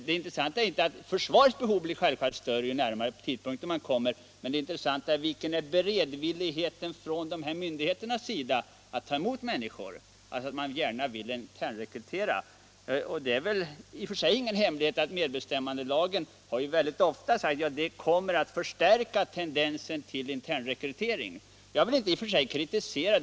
Det intressanta är inte att försvarets behov av placeringar självfallet blir större ju närmare tidpunkten man kommer, det intressanta är hur stor beredvillighet myndigheterna har när det gäller att ta emot människor Man vill ju gärna internrekrytera, och det är väl i och för sig ingen hemlighet att man anser att medbestämmandelagen kommer att förstärka tendensen att internrekrytera. Jag vill emellertid inte kritisera.